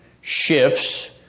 shifts